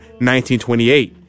1928